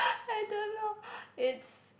I don't know it's